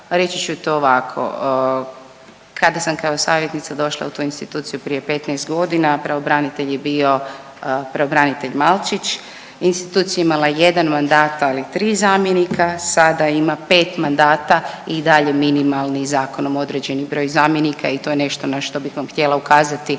Reći ću to ovako, kada sam kao savjetnica došla u tu instituciju prije 15 godina pravobranitelj je bio pravobranitelj Malčić. Institucija je imala 1 mandat, ali 3 zamjenika, sada ima 5 mandata i, i dalje minimalni, zakonom određeni broj zamjenika i to je nešto na što bih vam htjela ukazati,